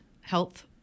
Health